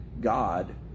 God